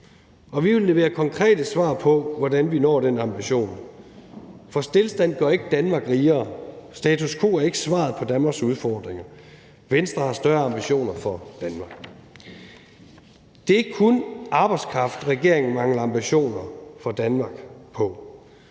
vi vil levere konkrete svar på, hvordan vi når den ambition, for stilstand gør ikke Danmark rigere. Status quo er ikke svaret på Danmarks udfordringer. Venstre har større ambitioner for Danmark. Det er ikke kun, når det handler om arbejdskraft, at regeringen mangler ambitioner for Danmark.